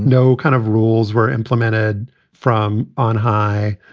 no kind of rules were implemented from on high.